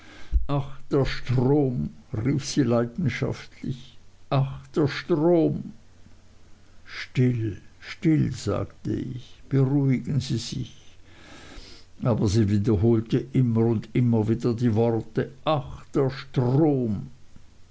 ach der strom rief sie leidenschaftlich ach der strom still still sagte ich beruhigen sie sich aber sie wiederholte immer wieder und wieder die worte ach der strom